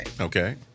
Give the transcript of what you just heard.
Okay